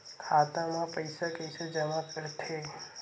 खाता म पईसा कइसे जमा करथे?